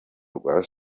rwa